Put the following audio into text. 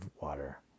Water